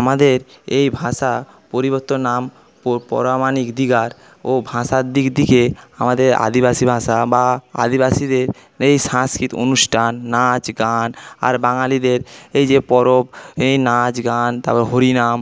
আমাদের এই ভাষা পরিবর্তন নাম ও ভাষার দিক থেকে আমাদের আদিবাসী ভাষা বা আদিবাসীদের এই সাংস্কৃতিক অনুষ্ঠান নাচ গান আর বাঙালিদের এই যে পরব এই নাচ গান তারপর হরিনাম